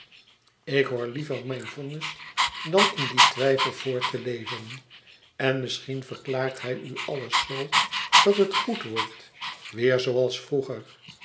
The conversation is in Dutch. ik hoor liever mijn vonnis dan in dien twijfel voort te leven en misschien verklaart hij u alles zoo dat het goed wordt weêr zooals vroeger